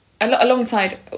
alongside